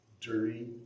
dirty